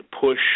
push